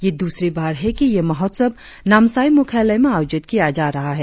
यह द्रसरी बार है कि यह महोत्सव नामसाई मुख्यालय में आयोजित किया जा रहा है